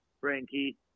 Frankie